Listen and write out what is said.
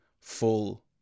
full